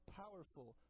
powerful